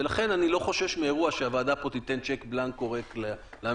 ולכן אני לא חושש מאירוע שהוועדה פה תיתן צ'ק בלנקו ריק לממשלה,